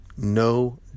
no